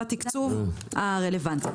בתקצוב הרלוונטי.